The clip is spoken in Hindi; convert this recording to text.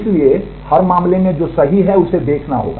इसलिए हर मामले में जो सही है उसे देखना होगा